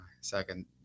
second